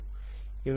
വിദ്യാർത്ഥി അതെ